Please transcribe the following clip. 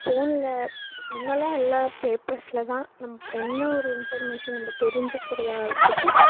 ஃபோன்ல முன்னெல்லாம் எல்லாம் பேப்பர்ஸில் தான் நம்ப என்ன ஒரு இன்பர்மேஷன் நம்ப தெரிஞ்சுக்கிறதா இருக்கட்டும்